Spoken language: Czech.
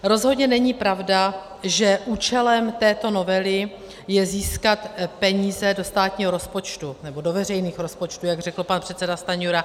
Rozhodně není pravda, že účelem této novely je získat peníze do státního rozpočtu, nebo do veřejných rozpočtů, jak řekl pan předseda Stanjura.